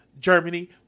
Germany